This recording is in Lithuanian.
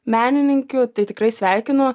menininkių tai tikrai sveikinu